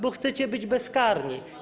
Bo chcecie być bezkarni.